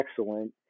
excellent